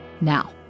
Now